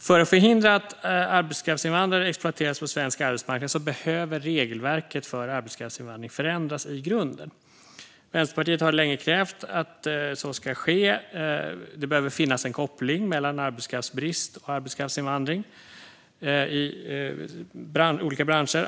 För att förhindra att arbetskraftsinvandrare exploateras på svensk arbetsmarknad behöver regelverket för arbetskraftsinvandring förändras i grunden. Vänsterpartiet har länge krävt att så ska ske. Det behöver finnas en koppling mellan arbetskraftsbrist och arbetskraftsinvandring i olika branscher.